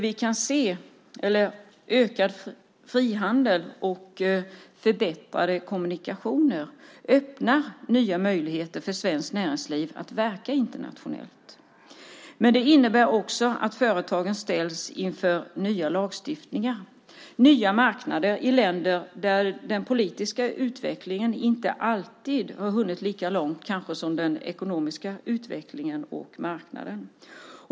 Vi kan se att ökad frihandel och förbättrade kommunikationer öppnar nya möjligheter för svenskt näringsliv att verka internationellt. Det innebär också att företagen ställs inför nya lagstiftningar och nya marknader i länder där den politiska utvecklingen kanske inte alltid har hunnit lika långt som den ekonomiska utvecklingen och marknaden.